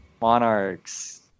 monarchs